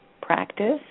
practice